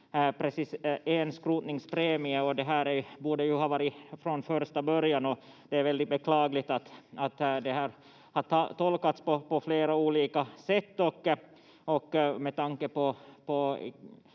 kan få en skrotningspremie. Det här borde ju ha varit från första början, och det är väldigt beklagligt att det här har tolkats på flera olika sätt. Med tanke på